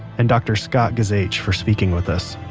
and dr. scott guzewich for speaking with us